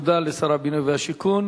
תודה לשר הבינוי והשיכון.